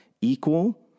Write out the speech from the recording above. equal